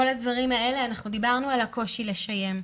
אנחנו דיברנו על הקושי לשיים.